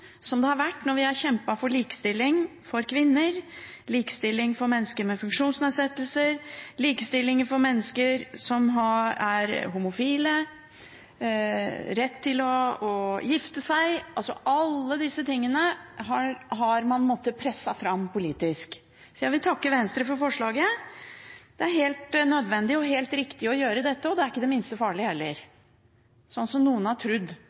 som det har vært når vi har kjempet for likestilling, for kvinner, likestilling for mennesker med funksjonsnedsettelser, likestilling for mennesker som er homofile, rett til å gifte seg – alt dette har man måttet presse fram politisk. Så jeg vil takke Venstre for forslaget. Det er helt nødvendig og riktig å gjøre dette, og det er ikke det minste farlig heller, slik som noen har